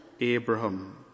Abraham